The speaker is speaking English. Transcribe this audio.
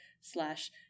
slash